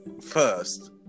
first